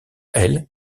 elle